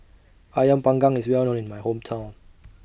Ayam Panggang IS Well known in My Hometown